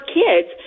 kids